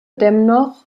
dennoch